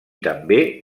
també